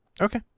Okay